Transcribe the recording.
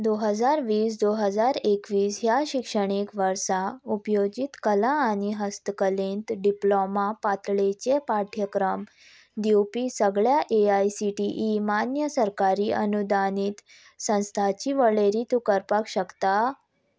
दो हजार वीस दो हजार एकवीस ह्या शिक्षणीक वर्सा उपयोजीत कला आनी हस्तकलेंत डिप्लोमा पातळेचे पाठ्यक्रम दिवपी सगळ्या A I C T E मान्य सरकारी अनुदानीत संस्थाची वळेरी तूं करपाक शकता